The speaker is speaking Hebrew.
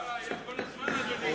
זה היה כל הזמן, אדוני.